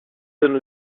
donne